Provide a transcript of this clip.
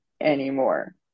anymore